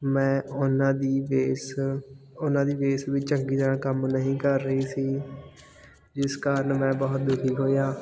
ਮੈਂ ਉਹਨਾਂ ਦੀ ਬੇਸ ਉਹਨਾਂ ਦੀ ਬੇਸ ਵੀ ਚੰਗੀ ਤਰ੍ਹਾਂ ਕੰਮ ਨਹੀਂ ਕਰ ਰਹੀ ਸੀ ਜਿਸ ਕਾਰਨ ਮੈਂ ਬਹੁਤ ਦੁਖੀ ਹੋਇਆ